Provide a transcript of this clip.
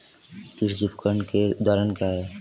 कृषि उपकरण के उदाहरण क्या हैं?